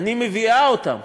אני מביאה אותם,